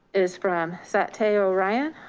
is from satayo ryan,